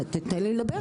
תיתן לי לדבר.